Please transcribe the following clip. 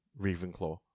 Ravenclaw